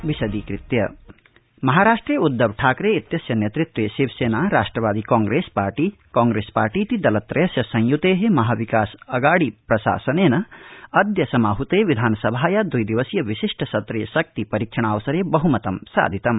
महाराष्ट्र ठाकरबिहमतम् महाराष्ट्रे उद्घवठाकरे इत्यस्य नेतृत्वे शिवसेना राष्ट्रवादी कांप्रेस पार्टी कांप्रेस पार्टीति दलत्रयस्य संयते महाविकास अघाडी प्रशासनेन अद्य समाहूते विधानसभाया द्वि दिवसीय विशिष्ट सत्रे शक्ति परीक्षणावसरे बहुमतं साधितम्